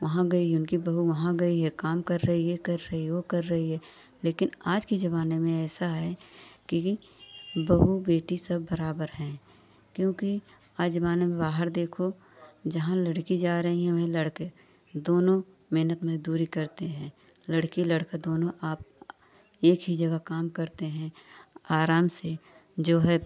वहाँ गई उनकी बहू वहाँ गई है काम कर रही यह कर रही वह कर रही है लेकिन आज के ज़माने में ऐसा है कि बहू बेटी सब बराबर हैं क्योंकि आज ज़माने में बाहर देखो जहाँ लड़की जा रही हैं वहीं लड़के दोनों मेहनत मज़दूरी करते हैं लड़की लड़का दोनों आप एक ही जगह काम करते हैं आराम से जो है